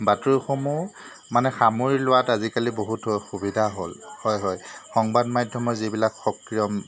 বাতৰিসমূহ মানে সামৰি লোৱাত আজিকালি বহুত সুবিধা হ'ল হয় হয় সংবাদ মাধ্যমৰ যিবিলাক সক্ৰিয়ম